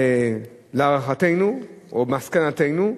שלהערכתנו, או מסקנתנו,